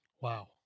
Wow